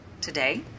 today